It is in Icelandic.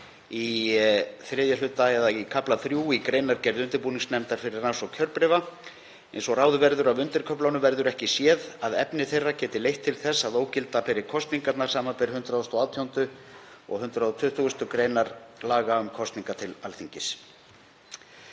undirkafla 3.1–3.7 í kafla III í greinargerð undirbúningsnefndar fyrir rannsókn kjörbréfa. Eins og ráðið verður af undirköflunum verður ekki séð að efni þeirra geti leitt til þess að ógilda beri kosningarnar, samanber 118. og 120. gr. laga um kosningar til Alþingis.